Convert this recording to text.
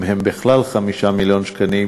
אם הם בכלל 5 מיליון שקלים,